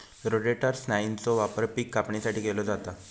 rotator स्नायूचो वापर पिक कापणीसाठी केलो जाता